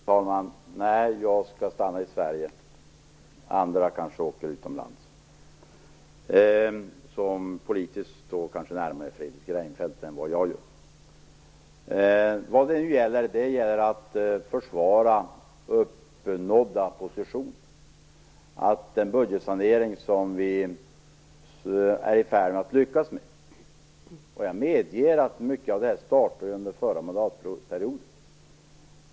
Fru talman! Nej, jag skall stanna i Sverige. Andra, som politiskt kanske står närmare Fredrik Reinfeldt än vad jag gör, kanske åker utomlands. Vad det nu gäller är att försvara uppnådda positioner vad gäller den budgetsanering som vi är i färd att lyckas med. Jag medger att mycket av detta startade under förra mandatperioden.